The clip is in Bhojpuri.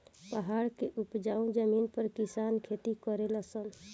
पहाड़ के उपजाऊ जमीन पर किसान खेती करले सन